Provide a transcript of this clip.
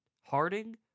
Harding